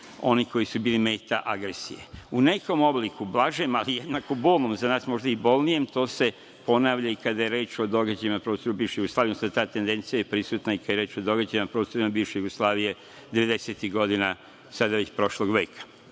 oni koji su bili meta agresije.U nekom obliku blažem, ali jednako bolnom za nas možda i bolnijem, to se ponavlja kada je reč o događajima na prostoru bivše Jugoslavije, ta tendencija je prisutna i kada je reč o događajima na prostorima bivše Jugoslavije devedesetih godina, sada već prošlog veka. Evo,